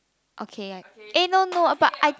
okay I eh no no but I